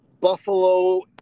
Buffalo